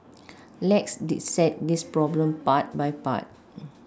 let's dissect this problem part by part